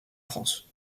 france